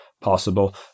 possible